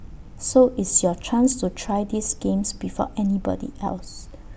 so it's your chance to try these games before anybody else